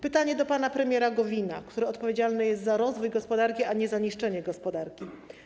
Pytanie do pana premiera Gowina, który odpowiedzialny jest za rozwój gospodarki, a nie za niszczenie gospodarki: